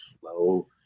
slow